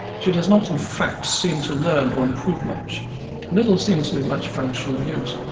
she does not in fact seem to learn or improve much little seems to be of much functional use,